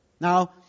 Now